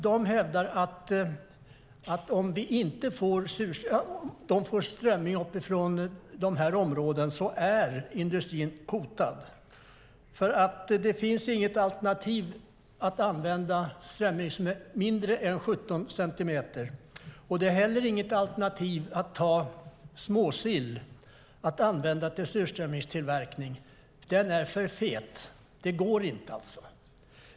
De hävdar att om man inte får strömming uppifrån dessa områden är industrin hotad. Att använda strömming som är mindre än 17 centimeter är inget alternativ. Det är inte heller något alternativ att använda småsill eftersom den är för fet. Det går alltså inte.